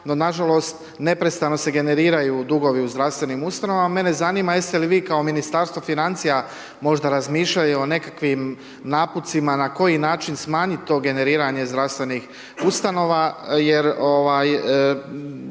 no nažalost, neprestano se generiraju dugovi u zdravstvenim ustanovama, mene zanima, jeste li vi kao Ministarstvo financija, možda razmišljali o nekakvim napucima, na koji način smanjiti to generiranje zdravstvenih ustanova, jer